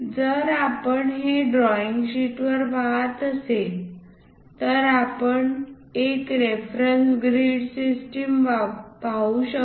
जर आपण हे ड्रॉईंग शीटवर पहात असेल तर आपण एक रेफरन्स ग्रीड सिस्टम पाहू शकतो